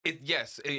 Yes